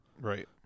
Right